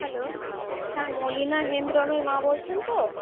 hello হ্যাঁ মলিনা হেমব্রমের মা বলছেন তো